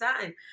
time